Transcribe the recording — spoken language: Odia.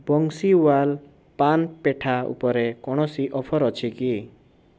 ବଂଶୀୱାଲ୍ ପାନ୍ ପେଠା ଉପରେ କୌଣସି ଅଫର୍ ଅଛି କି